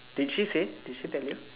did she say did she tell you